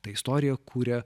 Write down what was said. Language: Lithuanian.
ta istorija kuria